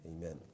amen